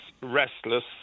restless